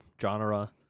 genre